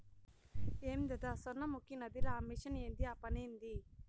ఏందద సొర్ణముఖి నదిల ఆ మెషిన్ ఏంది ఆ పనేంది